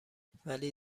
ولی